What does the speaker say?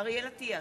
אריאל אטיאס,